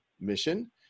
mission